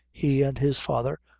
he, and his father,